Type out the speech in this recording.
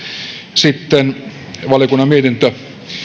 sitten valiokunnan mietintö